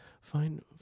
fine